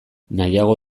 nahiago